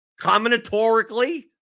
Combinatorically